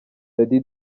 dady